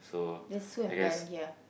that's Sue and Ben ya